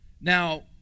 Now